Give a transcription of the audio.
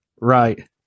right